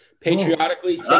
patriotically